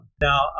Now